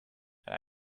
and